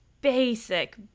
basic